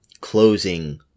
closing